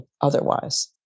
otherwise